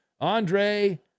Andre